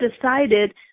decided